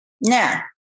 Now